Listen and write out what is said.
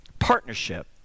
partnership